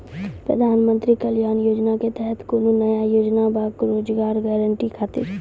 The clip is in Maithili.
प्रधानमंत्री कल्याण योजना के तहत कोनो नया योजना बा का रोजगार गारंटी खातिर?